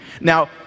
Now